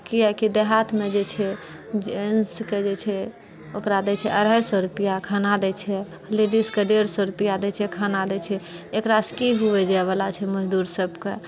कियाकि देहातमे जे छै जेन्सके जे छै ओकरा दै छै अढ़ाइ सए रुपआ खाना दै छै लेडिजके डेढ़ सए रुपआ दै छै खाना दै छै एकरासँ की हुवै जाइवला छै मजदूर सबके